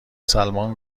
سلمان